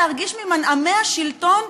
להרגיש ממנעמי השלטון,